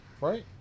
Right